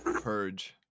purge